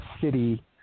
city